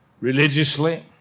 religiously